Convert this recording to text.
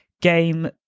game